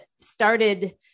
started